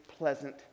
pleasant